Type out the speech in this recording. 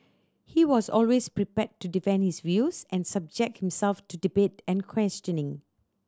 he was always prepared to defend his views and subject himself to debate and questioning